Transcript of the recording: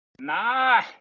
nah